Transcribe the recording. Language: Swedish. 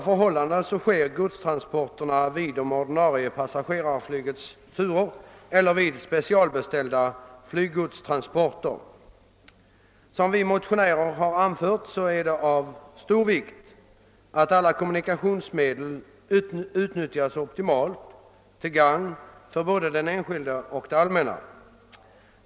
Gods transporteras nu på det ordinarie passagerarflygets turer eller med specialbeställda flyggodstransporter. Som vi motionärer har anfört är det av stor vikt att alla kommunikationsmedel utnyttjas optimalt till gagn för både den enskilde och det allmänna.